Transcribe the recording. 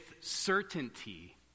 certainty